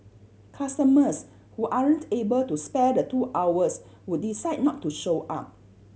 customers who able to spare the two hours would decide not to show up